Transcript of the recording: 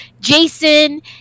Jason